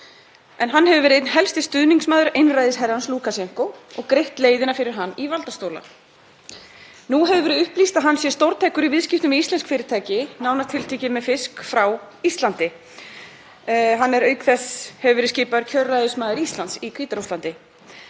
en hann hefur verið einn helsti stuðningsmaður einræðisherrans Lúkasjenkós og greitt leiðina fyrir hann í valdastóla. Nú hefur verið upplýst að hann sé stórtækur í viðskiptum við íslensk fyrirtæki, nánar tiltekið með fisk frá Íslandi. Hann hefur auk þess verið skipaður kjörræðismaður Íslands í Hvíta-Rússlandi.